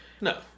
No